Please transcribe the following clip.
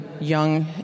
young